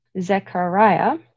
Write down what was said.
Zechariah